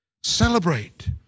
Celebrate